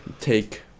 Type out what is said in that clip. take